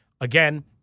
Again